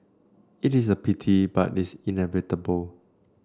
it is a pity but it's inevitable